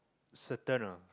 certain ah